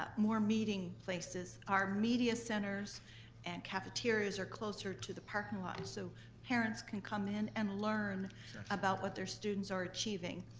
ah more meeting places. our media centers and cafeterias are closer to the parking lot and so parents can come in and learn about what their students are achieving.